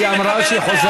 תודה רבה.